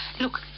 Look